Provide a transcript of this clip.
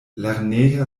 lerneja